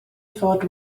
fod